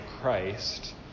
Christ